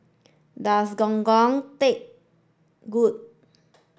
does Gong Gong taste good